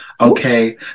Okay